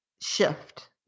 shift